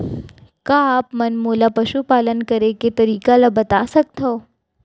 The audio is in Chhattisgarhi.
का आप मन मोला पशुपालन करे के तरीका ल बता सकथव?